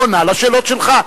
היא עונה לשאלות שלך.